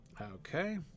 Okay